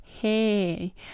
Hey